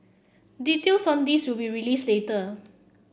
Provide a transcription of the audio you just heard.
details on this will be released later